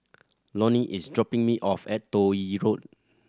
Loni is dropping me off at Toh Yi Road